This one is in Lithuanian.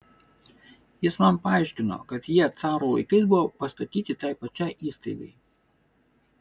jis man paaiškino kad jie caro laikais buvo pastatyti tai pačiai įstaigai